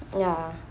ya